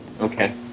okay